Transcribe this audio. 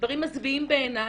דברים מזוויעים בעיניי,